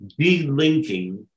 delinking